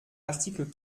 l’article